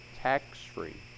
tax-free